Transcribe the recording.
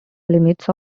elements